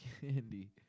candy